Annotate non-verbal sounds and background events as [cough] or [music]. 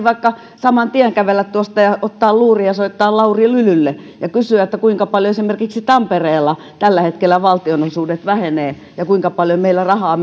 [unintelligible] vaikka saman tien kävellä tuosta ja ottaa luurin ja soittaa lauri lylylle ja kysyä kuinka paljon esimerkiksi tampereella tällä hetkellä valtionosuudet vähenevät ja kuinka paljon meillä rahaa [unintelligible]